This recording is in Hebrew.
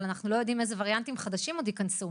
אבל אנחנו לא יודעים אילו וריאנטים חדשים עוד ייכנסו.